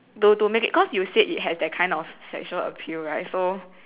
to to make it cause you said it has that kind of sexual appeal right so